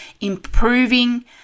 improving